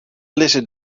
lizze